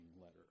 letter